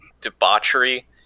debauchery